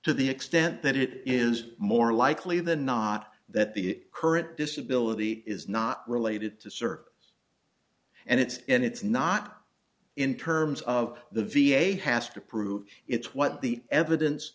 to the extent that it is more likely than not that the current disability is not related to serve and it's and it's not in terms of the v a has to prove it's what the evidence